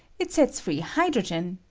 it bets free hydrogen,